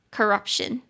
Corruption